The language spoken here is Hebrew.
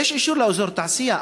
יש אישור לאזור תעשייה,